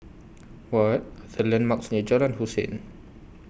What The landmarks near Jalan Hussein